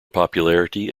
popularity